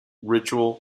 ritual